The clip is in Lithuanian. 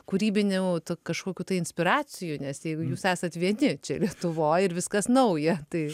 kūrybinių tų kažkokių tai inspiracijų nes jeigu jūs esat vieni čia lietuvoj ir viskas nauja tai